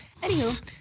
Anywho